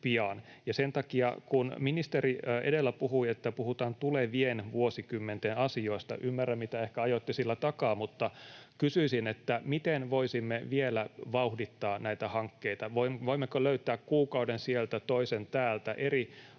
sen takia, kun ministeri edellä puhui, että puhutaan tulevien vuosikymmenten asioista — ymmärrän, mitä ehkä ajoitte sillä takaa — kysyisin: Miten voisimme vielä vauhdittaa näitä hankkeita? Voimmeko löytää kuukauden sieltä, toisen täältä eri